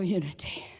unity